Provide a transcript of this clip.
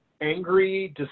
angry